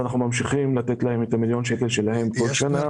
אנחנו ממשיכים לתת להם את מיליון השקלים כל שנה.